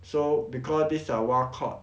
so because these are wild caught